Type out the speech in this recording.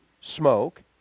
smoke